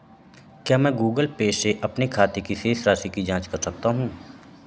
क्या मैं Google Pay से अपने खाते की शेष राशि की जाँच कर सकता हूँ?